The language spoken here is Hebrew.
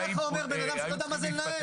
ככה אומר בן אדם שלא יודע מה זה לנהל.